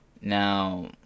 Now